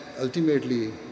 ultimately